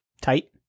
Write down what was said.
tight